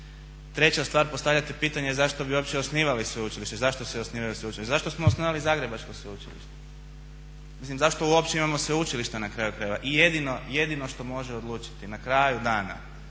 Treća stvar postavljate pitanja zašto bi uopće osnivali sveučilište, zašto se osnivaju sveučilišta? Zašto smo osnovali Zagrebačko sveučilište? Mislim zašto uopće imamo sveučilišta na kraju krajeva. I jedino što može odlučiti na kraju dana